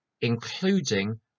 including